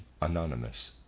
Anonymous